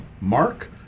Mark